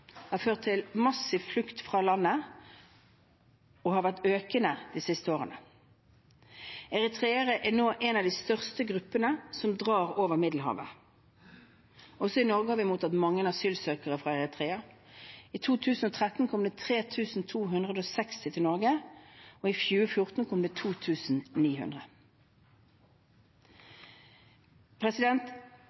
har ført til en massiv flukt fra landet, som har vært økende de siste årene. Eritreere er nå en av de største gruppene som drar over Middelhavet. Også i Norge har vi mottatt mange asylsøkere fra Eritrea. I 2013 kom det 3 260 til Norge, og i 2014 kom det